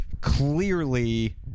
clearly